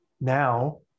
Now